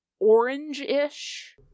orange-ish